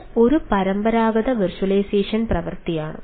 ഇത് ഒരു പരമ്പരാഗത വെർച്വലൈസേഷൻ പ്രവൃത്തിയാണ്